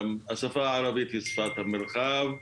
השפה הערבית היא שפת המרחב,